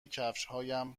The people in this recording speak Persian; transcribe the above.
کفشهام